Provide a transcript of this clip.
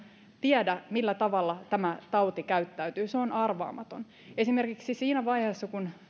tiedä millä tavalla tämä tauti käyttäytyy se on arvaamaton esimerkiksi siinä vaiheessa kun